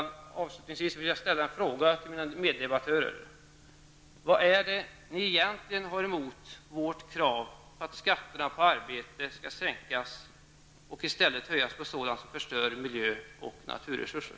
Avslutningsvis vill jag ställa en fråga till mina meddebattörer: Vad är det egentligen ni har emot vårt krav på att skatterna på arbete skall sänkas och i stället höjas på sådant som förstör miljö och naturresurser?